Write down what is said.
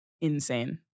insane